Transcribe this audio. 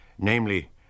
Namely